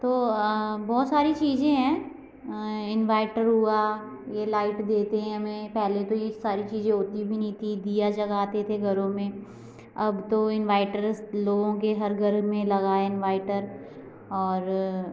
तो अ बहुत सारी चीजें हैं अ इन्वाइर्टर हुआ ये लाइट देते हैं हमें पहले तो ये सारी चीजे होती भी नहीं थी दिया जलाते थे घरो में अब तो इन्वाइट्रस लोगों के हर घर में लगा है इन्वाइटर और